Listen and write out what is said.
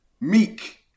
meek